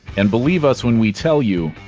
and believe us when we tell you,